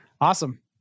awesome